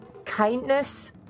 Kindness